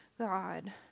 God